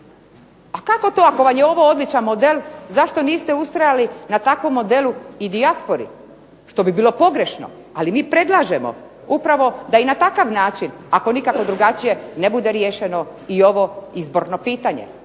A kako to ako vam je ovo odličan model zašto niste ustrajali na takvom modelu i dijaspori što bi bilo pogrešno, ali mi predlažemo upravo da i na takav način, ako nikako drugačije ne bude riješeno i ovo izborno pitanje.